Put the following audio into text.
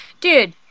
Dude